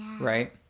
right